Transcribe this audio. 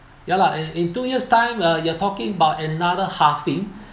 ya lah and in two years time uh you are talking about another halving